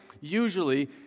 usually